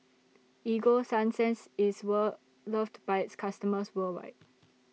Ego Sunsense IS Well loved By its customers worldwide